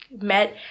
met